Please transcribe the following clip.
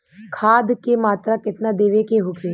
खाध के मात्रा केतना देवे के होखे?